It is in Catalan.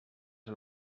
del